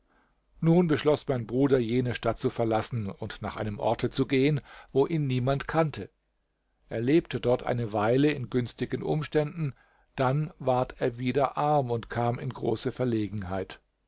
nun beschloß mein bruder jene stadt zu verlassen und nach einem orte zu gehen wo ihn niemand kannte er lebte dort eine weile in günstigen umständen dann ward er wieder arm und kam in große verlegenheit